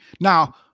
Now